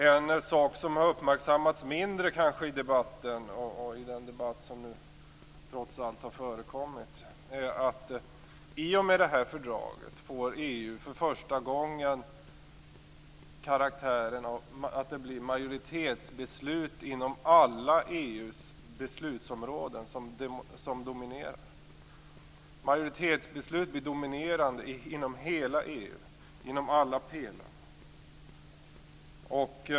En sak som har uppmärksammats mindre i den debatt som trots allt har förekommit är att EU i och med det här fördraget för första gången får karaktären av att majoritetsbeslut dominerar inom alla EU:s beslutsområden. Majoritetsbeslut blir dominerande inom hela EU, inom alla pelare.